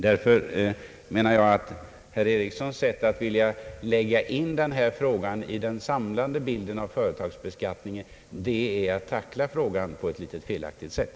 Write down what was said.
Därför menar jag, att när herr Ericsson vill sätta in denna fråga i den samlade bilden av företagsbeskattningen, så tacklar han frågan på ett litet felaktigt sätt.